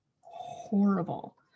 horrible